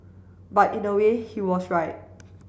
but in a way he was right